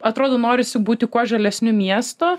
atrodo norisi būti kuo žalesniu miestu